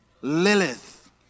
Lilith